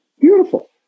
beautiful